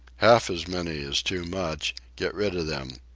half as many is too much get rid of them.